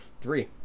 Three